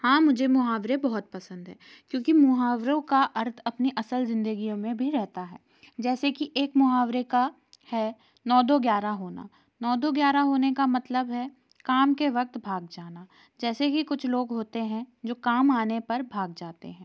हाँ मुझे मुहावरे बहुत पसंद है क्योंकि मुहावरों का अर्थ अपनी असल ज़िंदगियों में भी रहता है जैसे कि एक मुहावरे का है नौ दो ग्यारह होना नौ दो ग्यारह होने का मतलब है काम के वक्त भाग जाना जैसे कि कुछ लोग होते हैं जो काम आने पर भाग जाते हैं